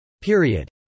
Period